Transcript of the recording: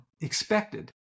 expected